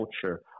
culture